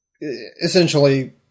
essentially